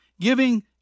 giving